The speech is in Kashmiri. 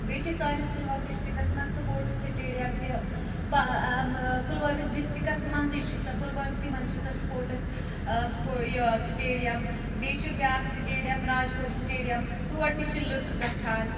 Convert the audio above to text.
بیٚیہِ چھِ سٲنِس پُلوٲم ڈِسٹرکَس مَنٛز سپوٹس سٹیڈیم تہٕ پُلوٲمِس ڈِسٹرکَس مَنٛزٕے چھِ سۄ پُلوٲم سٕے مَنٛز چھِ سۄ سپوٹس سپوٹس یہِ سٹیڈیم بیٚیہِ چھُ بیاکھ سٹیڈیم راج پور سٹیڈیم تور تہِ چھِ لُکھ گَژھان